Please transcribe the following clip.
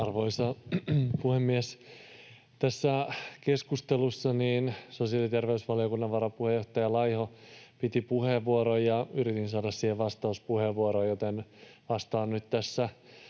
Arvoisa puhemies! Tässä keskustelussa sosiaali- ja terveysvaliokunnan varapuheenjohtaja Laiho piti puheenvuoron, ja yritin saada siihen vastauspuheenvuoron, joten vastaan nyt tässä